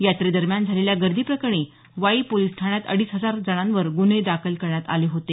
यात्रेदरम्यान झालेल्या गर्दीप्रकरणी वाई पोलीस ठाण्यात अडीच हजार जणांवर गुन्हे दाखल करण्यात आले होते